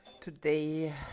Today